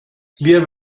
wir